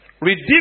Redeem